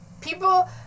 people